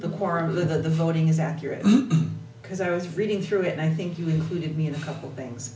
of the voting is accurate because i was reading through it i think you included me in a couple things